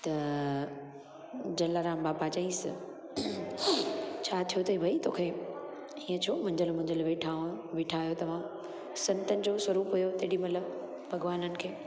त जलाराम बापा चयईसि छा थियो थई भई तोखे इय छो मुंधल मुंधल वेठा आ वेठा आहियो तव्हां संतनि जो स्वरूप हुयो तेॾी महिल भगवाननि खे